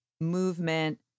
movement